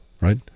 right